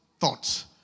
thoughts